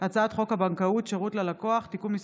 הצעת חוק הבנקאות (שירות ללקוח) (תיקון מס'